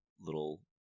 little